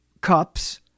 cups